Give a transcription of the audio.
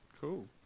Cool